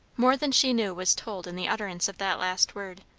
more than she knew was told in the utterance of that last word.